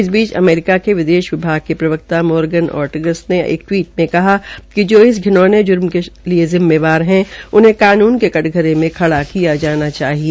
इस बीच अमेरिका के विदेश विभाग के प्रव्क्ता मोरगन ओर्टगस ने एक टिवीट में कहा कि जो घिनोने ज्र्म के लिए जिम्मेदार है उन्हें कानून के कटघरे में खड़ा किया जाना चाहिए